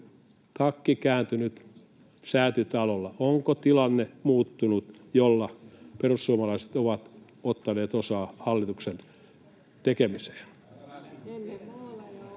takki kääntynyt Säätytalolla? Onko tilanne muuttunut, jolla perussuomalaiset ovat ottaneet osaa hallituksen tekemiseen?